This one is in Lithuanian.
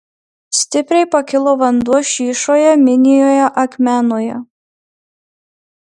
stipriai pakilo vanduo šyšoje minijoje akmenoje